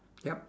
yup